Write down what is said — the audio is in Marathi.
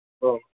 हो